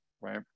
right